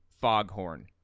foghorn